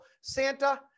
Santa